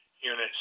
units